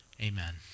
Amen